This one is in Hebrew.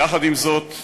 יחד עם זאת,